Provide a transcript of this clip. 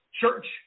church